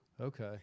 Okay